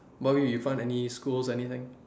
you found any schools or anything